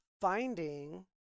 finding